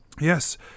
Yes